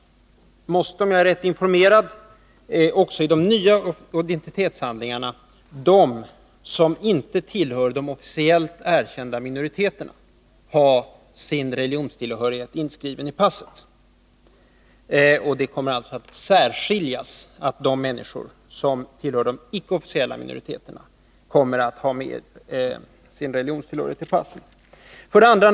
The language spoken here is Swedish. Om jag är rätt informerad måste de som inte tillhör de officiellt erkända minoriteterna ha sin religionstillhörighet inskriven i passet också i de nya identitetshandlingarna. Man kommer alltså att särskilja de människor som tillhör de icke officiellt erkända minoriteterna från andra.